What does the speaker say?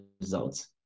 results